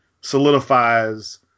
solidifies